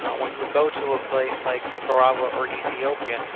um when you go to a place like nicaragua or ethiopia,